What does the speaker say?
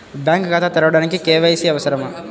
Bank ఖాతా తెరవడానికి KYC అవసరమా?